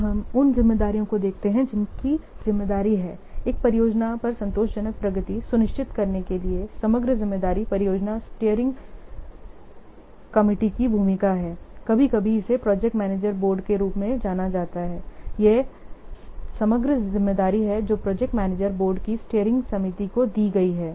अब हम उन जिम्मेदारियों को देखते हैं जिनकी जिम्मेदारी है एक परियोजना पर संतोषजनक प्रगति सुनिश्चित करने के लिए समग्र जिम्मेदारी परियोजना स्टीयरिंग समिति की भूमिका है कभी कभी इसे प्रोजेक्ट मैनेजर बोर्ड के रूप में जाना जाता है यह समग्र जिम्मेदारी है जो प्रोजेक्ट मैनेजर बोर्ड की स्टीयरिंग समिति को दी गई है